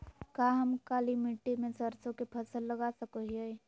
का हम काली मिट्टी में सरसों के फसल लगा सको हीयय?